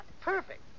Perfect